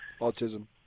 Autism